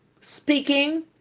speaking